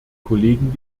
kollegen